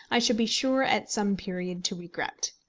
i should be sure at some period to regret.